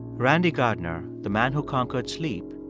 randy gardner, the man who conquered sleep,